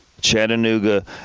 Chattanooga